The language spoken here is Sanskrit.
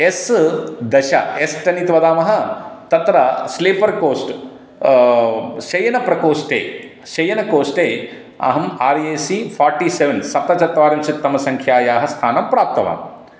एस् दश एस् टेन् इति वदामः तत्र स्लीपर् कोस्ट् शयनप्रकोष्ठे शयनकोष्ठे अहं R A C forty seven सप्तचत्वारिंशत्तमसङ्ख्यायाः स्थानं प्राप्तवान्